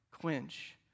quench